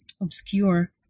obscure